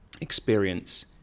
experience